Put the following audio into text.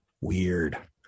Weird